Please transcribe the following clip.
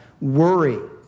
worry